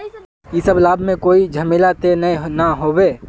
इ सब लाभ में कोई झमेला ते नय ने होते?